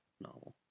novel